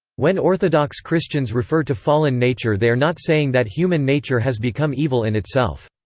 when orthodox christians refer to fallen nature they are not saying that human nature has become evil in itself.